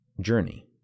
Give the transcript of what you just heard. journey